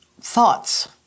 thoughts